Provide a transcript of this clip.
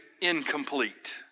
incomplete